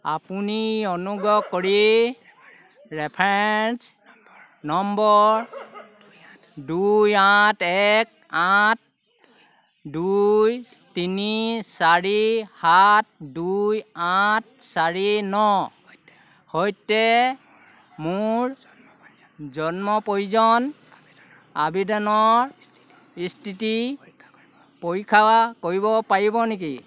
আপুনি অনুগ্ৰহ কৰি ৰেফাৰেন্স নম্বৰ দুই আঠ এক আঠ দুই তিনি চাৰি সাত দুই আঠ চাৰি ন সৈতে মোৰ জন্ম পঞ্জীয়ন আবেদনৰ স্থিতি পৰীক্ষা কৰিব পাৰিব নেকি